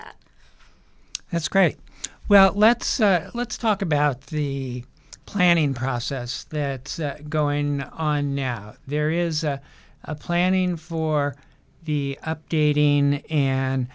that that's great well let's let's talk about the planning process that going on out there is a planning for the updating and